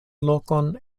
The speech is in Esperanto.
lokon